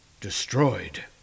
destroyed